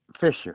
Fisher